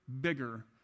bigger